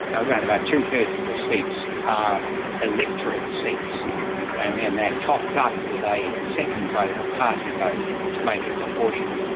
around about two-thirds of the seats are electorate seats and then they are topped up with a second vote, a party vote to make it proportional.